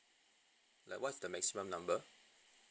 like what's the maximum number